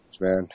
man